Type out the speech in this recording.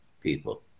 people